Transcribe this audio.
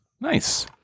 Nice